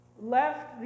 Left